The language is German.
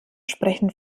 sprechen